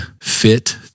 fit